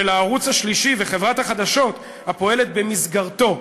הערוץ השלישי וחברת החדשות הפועלת במסגרתו,